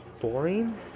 boring